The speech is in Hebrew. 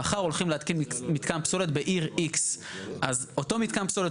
מחר הולכים להתקין מתקן פסולת בעיר X. אז אותו מתקן פסולת,